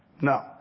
No